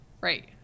right